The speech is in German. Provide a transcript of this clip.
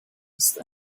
ist